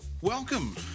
Welcome